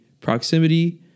proximity